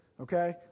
okay